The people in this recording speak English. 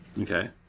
Okay